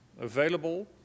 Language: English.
available